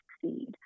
succeed